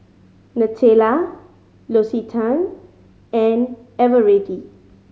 Nutella L'Occitane and Eveready